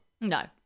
No